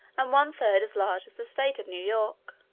and one third as large as the state of new york.